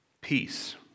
peace